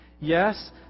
Yes